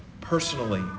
personally